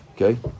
Okay